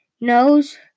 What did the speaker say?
nose